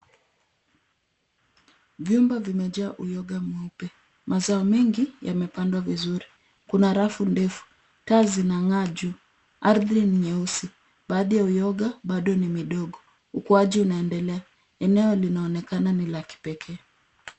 Vyumba vimejaa uyoga mweupe. Mazao mengi yamepandwa vizuri. Kuna rafu ndefu. Taa zinang'aa juu . Ardhi ni nyeusi. Baadhi ya uyoga bado ni midogo. Ukuaji unaendelea. Eneo linaonekana ni la kipekee.